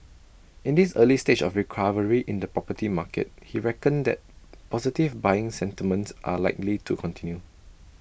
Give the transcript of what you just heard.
in this early stage of recovery in the property market he reckoned that positive buying sentiments are likely to continue